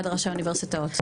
ועד ראשי האוניברסיטאות.